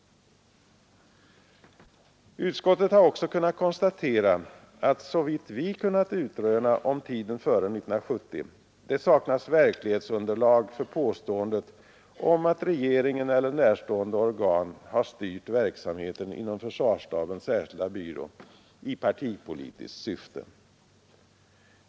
Utskottet har också kunnat konstatera att såvitt vi kunnat utröna om tiden före 1970 det saknas verklighetsunderlag för påståendet om att regeringen eller närstående organ har styrt verksamheten inom försvarsstabens särskilda byrå i partipolitiskt syfte.